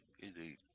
Indeed